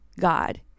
God